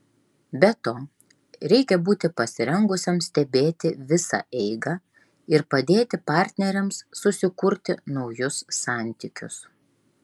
be to reikia būti pasirengusiam stebėti visą eigą ir padėti partneriams susikurti naujus santykius